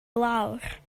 lawr